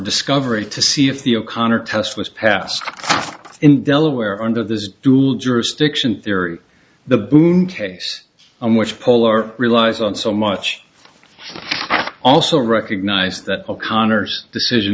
discovery to see if the o'connor test was passed in delaware under the dual jurisdiction theory the boom case on which poll or relies on so much also recognized that o'connor's decision